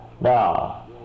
Now